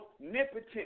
omnipotent